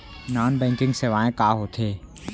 Non banking सेवाएं का होथे?